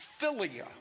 philia